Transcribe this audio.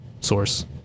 source